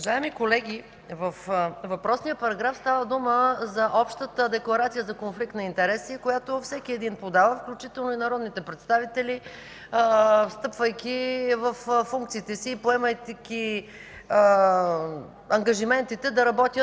Уважаеми колеги, във въпросния параграф става дума за общата декларация за конфликт на интереси, която всеки е подал, включително и народните представители, встъпвайки във функциите си и поемайки ангажиментите да работят